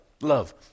love